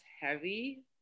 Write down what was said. heavy